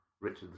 Richard